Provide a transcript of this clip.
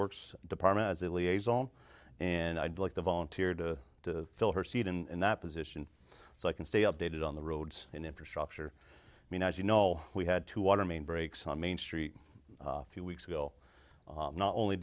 liaison and i'd like to volunteer to fill her seat in that position so i can stay updated on the roads and infrastructure i mean as you know we had two water main breaks on main street a few weeks ago not only